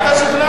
אתה שכנעת אותי.